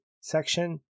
section